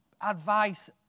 advice